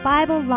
Bible